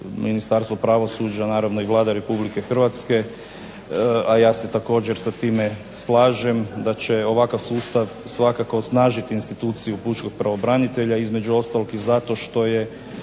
Ministarstvo pravosuđa, naravno i Vlada Republike Hrvatske, a ja se također sa time slažem da će ovakav sustav svakako osnažiti instituciju pučkog pravobranitelja, između ostalog i zato što je